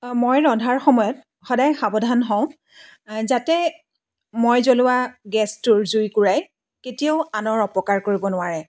মই ৰন্ধাৰ সময়ত সদায় সাৱধান হওঁ যাতে মই জ্ৱলোৱা গেছটোৰ জুইকোৰাই কেতিয়াও আনৰ অপকাৰ কৰিব নোৱাৰে